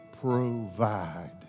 provide